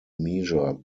measure